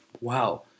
Wow